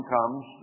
comes